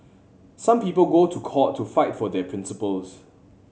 some people go to court to fight for their principles